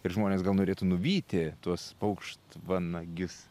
ir žmonės gal norėtų nuvyti tuos paukštvanagius